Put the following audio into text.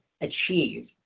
achieve